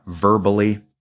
verbally